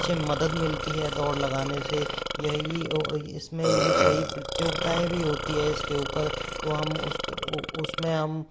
अच्छे मदद मिलती है दौड़ लगाने से यही और इसमें भी कई प्रतियोगिताएँ भी होती है इसके ऊपर तो हम उसके उसमें हम